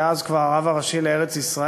שהיה אז כבר הרב הראשי לארץ-ישראל,